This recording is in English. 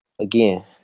again